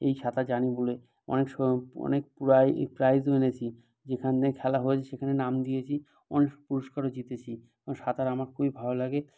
এই সাঁতার জানি বলে অনেক সময় অনেক প্রাইজও এনেছি যেখানে যেখানে খেলা হয়েছে সেখানে নাম দিয়েছি অনেক পুরস্কারও জিতেছি এবং সাঁতার আমার খুবই ভালো লাগে